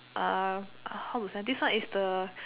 how to say this one is the